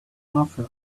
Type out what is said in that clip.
after